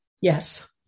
Yes